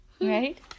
right